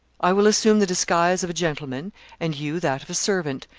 i will assume the disguise of a gentleman and you that of a servant,